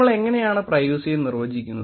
നമ്മൾ എങ്ങനെയാണ് പ്രൈവസിയെ നിർവചിക്കുന്നത്